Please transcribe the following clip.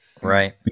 right